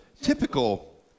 typical